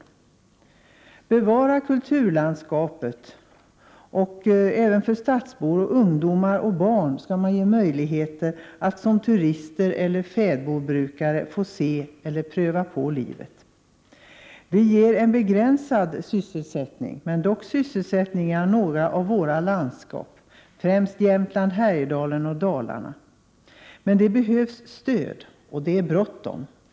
Vi bör bevara kulturlandskapet. Stadsbor — ungdomar och barn — bör ha möjligheter att som turister eller som fäbodbrukare få se eller pröva på fäbodlivet. Fäbodlivet ger en begränsad sysselsättning, men dock sysselsättning, i några av våra landskap, främst i Jämtland, Härjedalen och Dalarna. Men det behövs stöd till denna verksamhet, och det är bråttom.